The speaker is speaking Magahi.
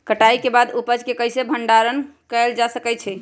कटाई के बाद उपज के कईसे भंडारण कएल जा सकई छी?